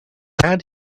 glad